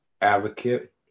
advocate